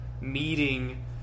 meeting